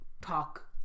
talk